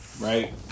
right